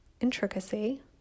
intricacy